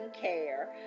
care